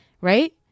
right